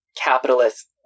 capitalist